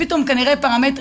כך זה נשמע.